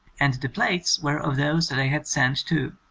and the plates were of those that i had sent too.